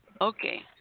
Okay